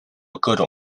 各种